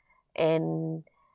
and